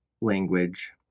language